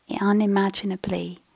unimaginably